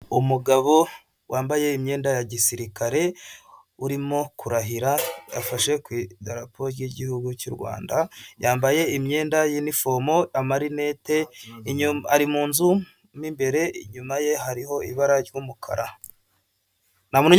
Umugabo wambaye imyenda ya gisirikare urimo kurahira afashe ku idarapo ry'igihugu cy'u Rwanda yambaye imyenda ya inifomo amarinete, ari mu nzu mo imbere, inyuma ye hariho ibara ry'umukara.